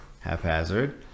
haphazard